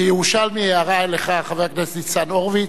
כירושלמי הערה לי אליך, חבר הכנסת ניצן הורוביץ.